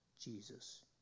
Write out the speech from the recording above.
Jesus